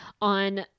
on